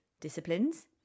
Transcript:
disciplines